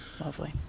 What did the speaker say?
Lovely